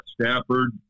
Stafford